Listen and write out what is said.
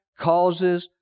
causes